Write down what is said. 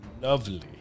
Lovely